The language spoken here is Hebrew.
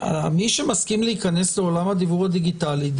מי שמסכים להיכנס לעולם הדיוור הדיגיטלי,